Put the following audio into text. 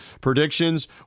predictions